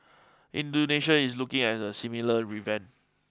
Indonesia is looking at a similar revamp